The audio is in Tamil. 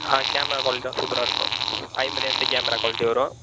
ஆ கேமரா குவாலிட்டிலாம் சூப்பராக இருக்கும் ஐம்பது எம்பி கேமரா குவாலிட்டி வரும்